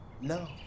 No